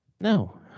no